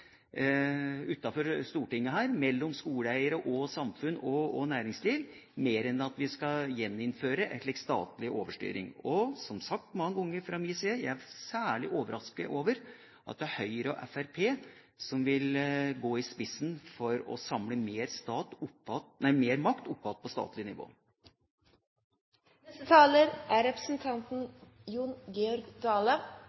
Stortinget, enn at vi skal gjeninnføre en statlig overstyring. Som sagt mange ganger fra min side, jeg er særlig overrasket over at det er Høyre og Fremskrittspartiet som vil gå i spissen for å samle mer